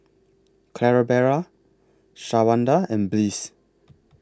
Clarabelle Shawanda and Bliss